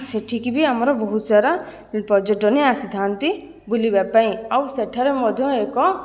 ସେଠିକି ବି ଆମର ବହୁତ ସାରା ପର୍ଯ୍ୟଟନି ଆସିଥାନ୍ତି ବୁଲିବା ପାଇଁ ଆଉ ସେଠାରେ ମଧ୍ୟ ଏକ